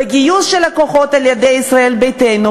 בגיוס הכוחות על-ידי ישראל ביתנו,